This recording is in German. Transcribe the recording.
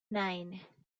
nein